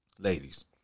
Ladies